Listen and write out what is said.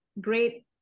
great